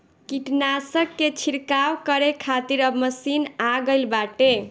कीटनाशक के छिड़काव करे खातिर अब मशीन आ गईल बाटे